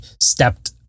stepped